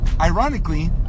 ironically